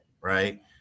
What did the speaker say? Right